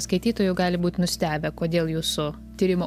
skaitytojų gali būt nustebę kodėl jūsų tyrimų